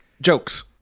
Jokes